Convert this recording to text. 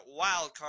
wildcard